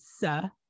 sir